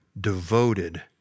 devoted